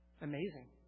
Amazing